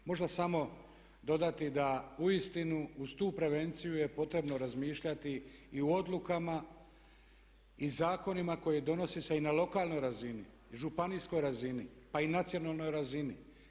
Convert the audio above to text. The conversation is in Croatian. Možda samo dodati da uistinu uz tu prevenciju je potrebno razmišljati i u odlukama i zakonima koji donose se i na lokalnoj razini i županijskoj razini, pa i nacionalnoj razini.